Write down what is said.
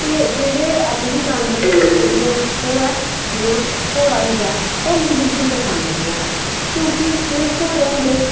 ते जेह्ड़े मिगी जानवर पसन्द नेईं ऐ ओह् जि'यां घोड़ा होई गया ओह् मिगी बिल्कुल पसन्द नेईं ऐ